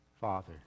Father